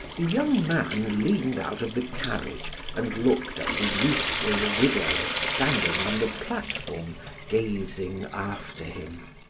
the young man leaned out of the carriage, and looked at the youthful widow standing on the platform gazing after him.